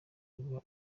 kuva